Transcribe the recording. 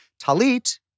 Talit